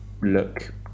look